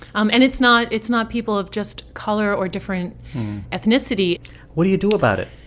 um and it's not it's not people of just color or different ethnicity what do you do about it?